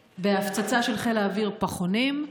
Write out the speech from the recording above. בהפצצה של חיל האוויר על פחונים.